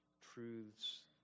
truths